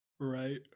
Right